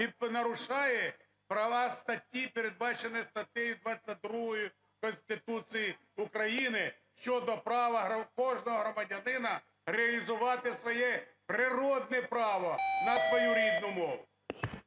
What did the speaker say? і нарушає права статті, передбачених статтею 22 Конституції України щодо права кожного громадянина реалізувати своє природне право на свою рідну мову.